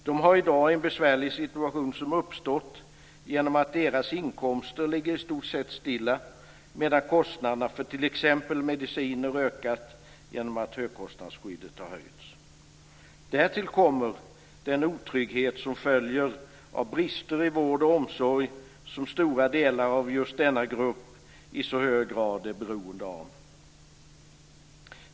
De har i dag en besvärlig situation som uppstått genom att deras inkomster ligger i stort sett stilla medan kostnaderna för t.ex. mediciner ökat genom att gränsen för högkostnadsskyddet har höjts. Därtill kommer den otrygghet som följer av brister i vård och omsorg som stora delar av just denna grupp i så hög grad är beroende av.